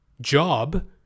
job